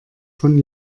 von